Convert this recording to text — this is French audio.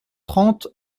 trente